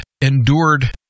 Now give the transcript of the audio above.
endured